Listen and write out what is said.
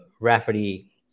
rafferty